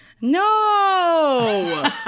No